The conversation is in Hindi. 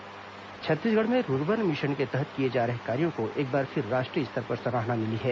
कार्यशाला सराहना छत्तीसगढ़ में रूर्बन मिशन के तहत किए जा रहे कार्यों को एक बार फिर राष्ट्रीय स्तर पर सराहना मिली है